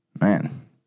Man